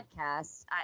podcast